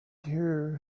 here